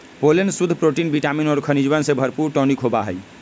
pollen शुद्ध protein vitamin और खनिजवन से भरपूर टॉनिक होबा हई